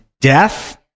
death